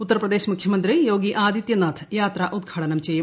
ഉത്തർപ്രദേശ് മുഖ്യമന്ത്രി യോഗി ആദിത്യിക് നാഥ് യാത്ര ഉദ്ഘാടനം ചെയ്യും